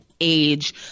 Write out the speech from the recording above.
age